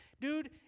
dude